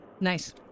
Nice